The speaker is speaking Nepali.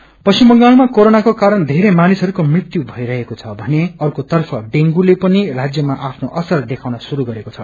डेंग् पश्मिच बंगालामा कोरोनाको कारण धेरै मानिसहरूको मृत्यु भइरहेको छ भने अर्कोतर्फ डेगुले पनि राज्यमा आफ्नो असर देखाउन शुरू गरेको छ